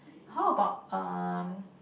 how about um